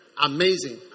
Amazing